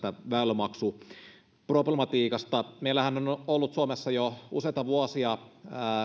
väylämaksuproblematiikasta meillähän on ollut suomessa jo useita vuosia